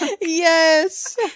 Yes